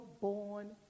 born